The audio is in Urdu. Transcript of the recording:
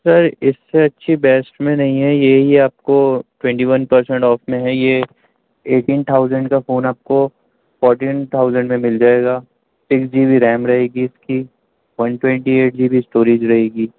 سر اِس سے اچھی بیسٹ میں نہیں ہے یہی آپ کو ٹوینٹی ون پرسینٹ آف میں ہے یہ ایٹین تھاوزینڈ کا فون آپ کو فورٹین تھاوزینڈ میں مِل جائے گا سکس جی بی ریم رہے گی اِس کی one twenty eight G B storage رہے گی